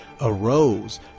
arose